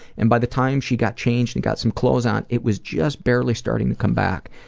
and by the time she got changed and got some clothes on, it was just barely starting to come back,